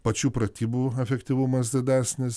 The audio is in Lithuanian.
pačių pratybų efektyvumas didesnis